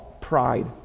Pride